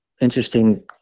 interesting